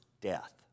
death